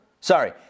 Sorry